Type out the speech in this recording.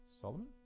Solomon